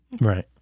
Right